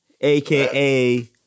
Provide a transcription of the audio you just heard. aka